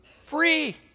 Free